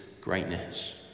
greatness